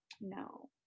No